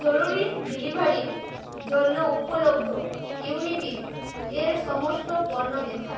জরুরি ডেলিভারি জন্য উপলব্ধ ইউনিবিক এর সমস্ত পণ্য দেখান